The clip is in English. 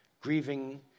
grieving